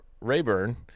Rayburn